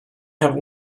have